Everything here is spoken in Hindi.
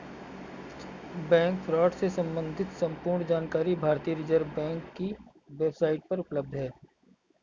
बैंक फ्रॉड से सम्बंधित संपूर्ण जानकारी भारतीय रिज़र्व बैंक की वेब साईट पर उपलब्ध है